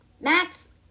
Max